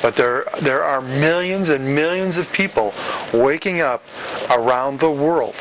but there are there are millions and millions of people waking up around the world